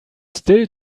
still